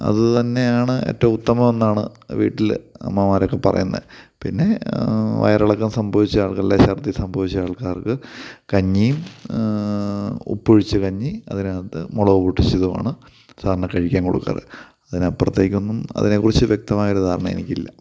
അത് തന്നെയാണ് ഏറ്റോം ഉത്തമമെന്നാണ് വീട്ടിൽ അമ്മമാരൊക്കെ പറയുന്നത് പിന്നെ വയറിളക്കം സംഭവിച്ച ആൾകൾക്ക് ഛർദ്ദി സംഭവിച്ച ആൾക്കാർക്ക് കഞ്ഞിയും ഉപ്പൊഴിച്ച കഞ്ഞി അതിനകത്ത് മുളക് പൊട്ടിച്ചതുവാണ് സാധാരണ കഴിക്കാൻ കൊടുക്കാറ് അതിനപ്പുറത്തേക്കൊന്നും അതിനെക്കുറിച്ച് വ്യക്തമായൊരു ധാരണ എനിക്കില്ല